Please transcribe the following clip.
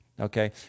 Okay